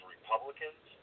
Republicans